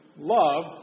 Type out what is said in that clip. love